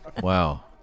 Wow